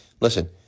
Listen